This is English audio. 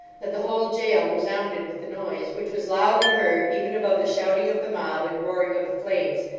that the whole jail resounded with the noise which was loudly heard even above the shouting of the mob and roaring of the flames,